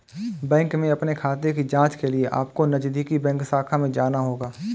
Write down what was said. bank में अपने खाते की जांच के लिए अपको नजदीकी बैंक शाखा में जाना होगा